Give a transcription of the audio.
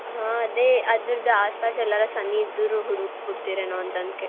ಹಾಂ ಅದೇ ಅದ್ರದ್ದು ಆಸು ಪಾಸು ಎಲ್ಲರ ಸನ್ನಿ ಇದ್ದರು ಹುಡುಕಿ ಕೊಡ್ತೀರೇನೋ ಅಂತ ಅದ್ಕೆ